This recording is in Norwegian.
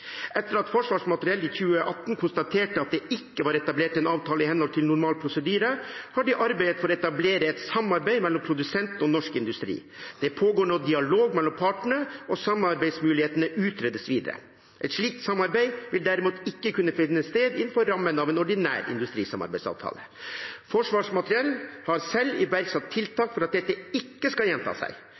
Etter at Forsvarsmateriell i 2018 konstaterte at det ikke var etablert en avtale i henhold til normal prosedyre, har de arbeidet for å etablere et samarbeid mellom produsenten og norsk industri. Det pågår nå dialog mellom partene, og samarbeidsmulighetene utredes videre. Et slikt samarbeid vil derimot ikke kunne finne sted innenfor rammen av en ordinær industrisamarbeidsavtale. Forsvarsmateriell har selv iverksatt tiltak for at dette ikke skal gjenta seg.